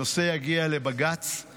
הנושא יגיע לבג"ץ,